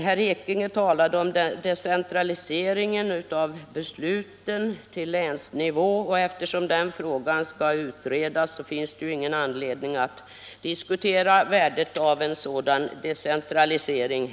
Herr Ekinge talade om decentraliseringen av besluten till länsnivå. Eftersom den frågan skall utredas, finns det ingen anledning att här i dag diskutera värdet av en sådan decentralisering.